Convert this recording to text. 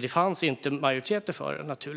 Det enkla svaret är att det inte fanns någon majoritet för förslaget. Jag